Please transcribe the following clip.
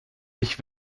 ich